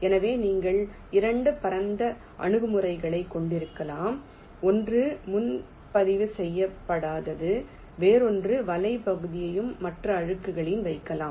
எனவே நீங்கள் 2 பரந்த அணுகுமுறைகளைக் கொண்டிருக்கலாம் ஒன்று முன்பதிவு செய்யப்படாதது எந்தவொரு வலை பகுதியையும் மற்ற அடுக்குகளில் வைக்கலாம்